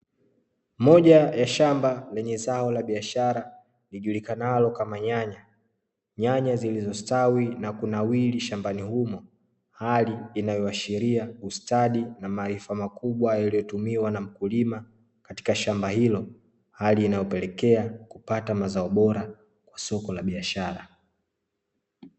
Moja ya shamba lenye zao la biashara lijulikanalo kama nyanya, nyanya zilizostawi na kunawiri shambani humo hali inayoashiria ustadi na maarifa makubwa yaliyotumiwa na mkulima katika shamba hilo, hali inayopelekea kupata mazao bora kwa soko la biashara.